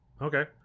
Okay